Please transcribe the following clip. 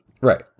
Right